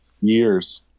years